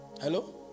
Hello